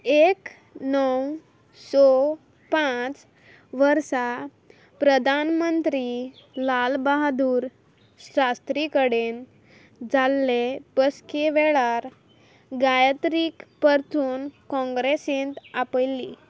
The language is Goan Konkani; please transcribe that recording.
एक णव स पांच वर्सां प्रधानमंत्री लाल बहादूर शास्त्री कडेन जाल्ले बसके वेळार गायत्रीक परतून काँग्रेसींत आपयल्ली